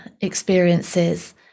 experiences